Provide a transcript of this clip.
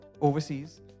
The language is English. overseas